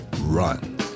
run